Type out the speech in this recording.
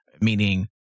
meaning